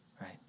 right